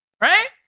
Right